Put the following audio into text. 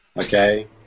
okay